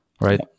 right